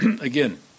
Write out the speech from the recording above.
again